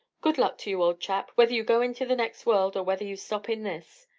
good luck to you, old chap, whether you go into the next world, or whether you stop in this!